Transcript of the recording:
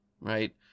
right